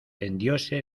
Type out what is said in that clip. tendióse